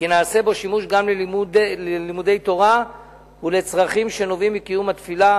שנעשה בו שימוש גם ללימודי תורה ולצרכים שנובעים מקיום התפילה